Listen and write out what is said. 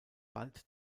bald